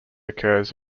occurs